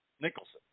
Nicholson